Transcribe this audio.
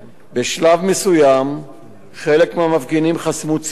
בשלב מסוים חלק מהמפגינים חסמו צירים,